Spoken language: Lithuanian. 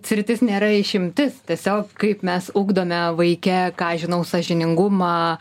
sritis nėra išimtis tiesiog kaip mes ugdome vaike ką žinau sąžiningumą